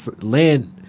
land